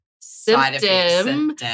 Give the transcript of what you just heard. Symptom